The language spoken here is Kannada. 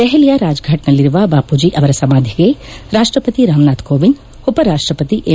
ದೆಹಲಿಯ ರಾಜ್ಫಾಟ್ನಲ್ಲಿರುವ ಬಾಪೂಜಿ ಅವರ ಸಮಾಧಿಗೆ ರಾಷ್ಟ್ರಪತಿ ರಾಮನಾಥ್ ಕೋವಿಂದ್ ಉಪರಾಷ್ಟ್ರಪತಿ ಎಂ